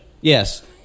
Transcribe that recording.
Yes